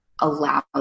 allow